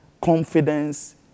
confidence